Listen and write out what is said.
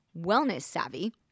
wellness-savvy